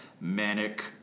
manic